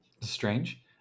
strange